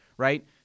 Right